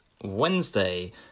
Wednesday